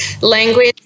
Language